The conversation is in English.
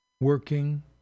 working